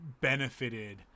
benefited